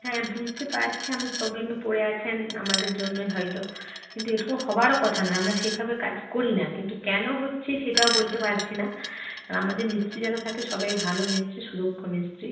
হ্যাঁ বুঝতে পারছি আপনি প্রবলেমে পড়ে আছেন আমাদের জন্যই হয়তো কিন্তু এটুকু হবারও কথা নয় আমরা সেইভাবে কাজ করি না কিন্তু কেন হচ্ছে সেটাও বলতে পারছি না আমাদের মিস্ত্রি যারা থাকে সবাই ভালো মিস্ত্রি সুদক্ষ মিস্ত্রি